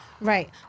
Right